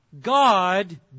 God